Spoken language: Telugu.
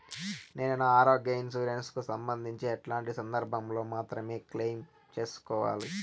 నేను నా ఆరోగ్య ఇన్సూరెన్సు కు సంబంధించి ఎట్లాంటి సందర్భాల్లో మాత్రమే క్లెయిమ్ సేసుకోవాలి?